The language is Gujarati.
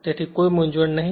તેથી કોઈ મૂંઝવણ નહીં